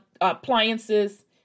appliances